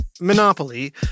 monopoly